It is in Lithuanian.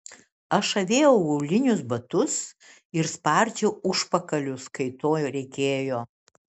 aš avėjau aulinius batus ir spardžiau užpakalius kai to reikėjo